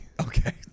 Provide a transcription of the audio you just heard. Okay